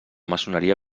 maçoneria